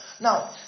Now